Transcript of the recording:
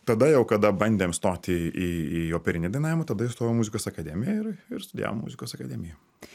tada jau kada bandėm stoti į į operinį dainavimą tada įstojau į muzikos akademiją ir ir studijavom muzikos akademijoje